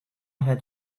had